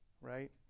right